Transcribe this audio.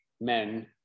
men